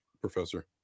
Professor